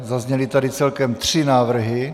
Zazněly tady celkem tři návrhy.